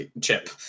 chip